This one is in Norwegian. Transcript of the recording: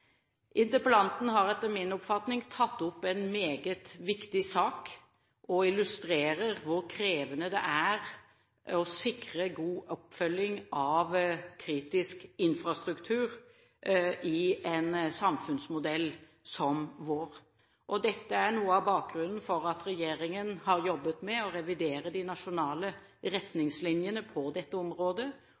etter min oppfatning tatt opp en meget viktig sak og illustrerer hvor krevende det er å sikre god oppfølging av kritisk infrastruktur i en samfunnsmodell som vår. Dette er noe av bakgrunnen for at regjeringen har jobbet med å revidere de nasjonale retningslinjene på dette området.